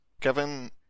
Kevin